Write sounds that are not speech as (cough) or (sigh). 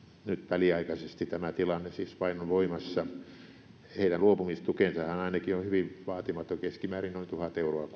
tämä tilanne siis on voimassa vain nyt väliaikaisesti heidän luopumistukensahan ainakin on hyvin vaatimaton keskimäärin noin tuhat euroa (unintelligible)